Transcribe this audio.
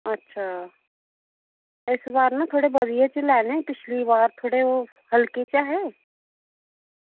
अच्छा इस बार ना थोह्ड़े बधिया च लैने पिच्छली बार न थोह्ड़े ओह् हल्के च ऐहे